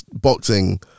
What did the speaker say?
boxing